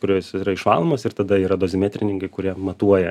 kur jos yra išvalomos ir tada yra dozimetrininkai kurie matuoja